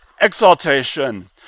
exaltation